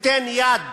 תיתן יד